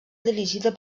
dirigida